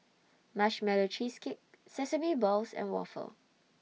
Marshmallow Cheesecake Sesame Balls and Waffle